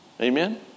Amen